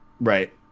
right